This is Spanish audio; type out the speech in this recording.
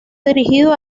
dirigido